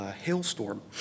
hailstorm